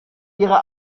ihrer